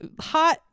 hot